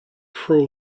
pro